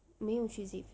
没有去 xavier